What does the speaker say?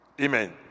Amen